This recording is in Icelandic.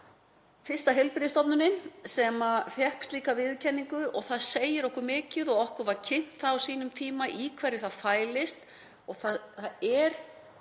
fyrsta heilbrigðisstofnunin sem fékk slíka viðurkenningu. Það segir okkur mikið og okkur var kynnt á sínum tíma í hverju það fælist. Það er